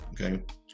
okay